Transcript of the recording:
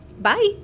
bye